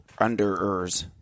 Underers